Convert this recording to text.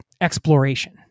exploration